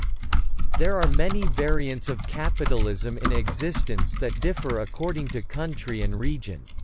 there are many variants of capitalism in existence that differ according to country and region.